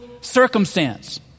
circumstance